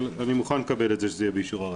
אבל אני מוכן לקבל את זה שזה יהיה באישור הרשות.